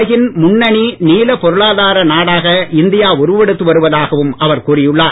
உலகின் முன்னணி நீல பொருளாதார நாடாக இந்தியா உருவெடுத்து வருவதாகவும் அவர் கூறியுள்ளார்